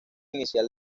inicial